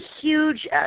huge